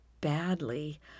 badly